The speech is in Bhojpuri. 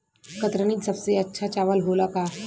कतरनी सबसे अच्छा चावल होला का?